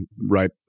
right